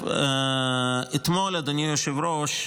אתמול, אדוני היושב-ראש,